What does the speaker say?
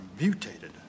mutated